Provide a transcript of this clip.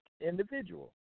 individual